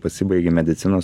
pasibaigi medicinos